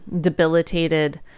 debilitated